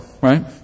Right